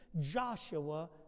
Joshua